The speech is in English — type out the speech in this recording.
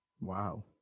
Wow